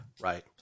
right